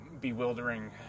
bewildering